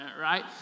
right